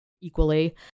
equally